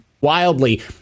wildly